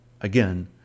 Again